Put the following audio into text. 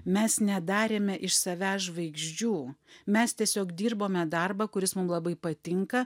mes nedarėme iš savęs žvaigždžių mes tiesiog dirbome darbą kuris mum labai patinka